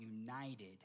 united